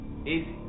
easy